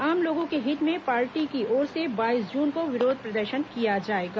आम लोगों के हित में पार्टी की ओर से बाईस जून को विरोध प्रदर्शन किया जाएगा